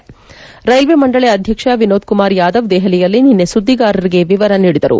ರ್ನೆಲ್ವೆ ಮಂಡಳಿ ಅಧ್ಯಕ್ಷ ವಿನೋದ್ ಕುಮಾರ್ ಯಾದವ್ ದೆಹಲಿಯಲ್ಲಿ ನಿನ್ನೆ ಸುದ್ದಿಗಾರರಿಗೆ ವಿವರ ನೀಡಿದರು